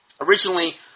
Originally